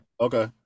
Okay